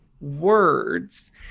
words